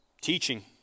teaching